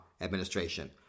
administration